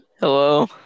hello